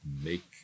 make